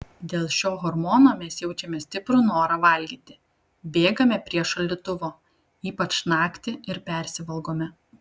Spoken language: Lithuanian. dėl šio hormono mes jaučiame stiprų norą valgyti bėgame prie šaldytuvo ypač naktį ir persivalgome